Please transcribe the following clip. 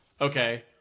Okay